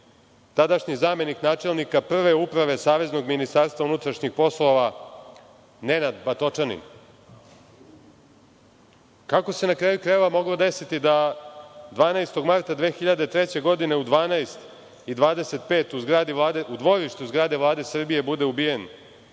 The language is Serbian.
tadašnji zamenik načelnika Prve uprave Saveznog ministarstva unutrašnjih poslova Nenad Batočanin? Kako se, na kraju krajeva, moglo desiti da 12. marta 2003. godine u 12.25 časova u dvorištu zgrade Vlade Srbije bude ubijen